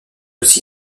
aussi